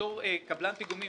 בתור קבלן פיגומים